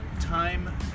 time